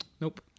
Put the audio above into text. nope